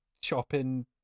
chopping